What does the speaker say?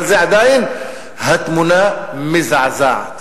אבל עדיין התמונה מזעזעת.